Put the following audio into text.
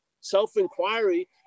self-inquiry